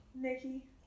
Nikki